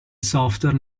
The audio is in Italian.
software